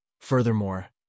Furthermore